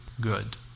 good